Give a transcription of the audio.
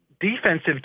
defensive